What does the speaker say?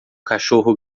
cachorro